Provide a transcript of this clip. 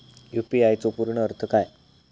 UPI चो पूर्ण अर्थ काय?